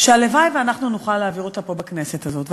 שהלוואי שאנחנו נוכל להעביר אותה פה בכנסת הזאת.